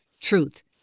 truth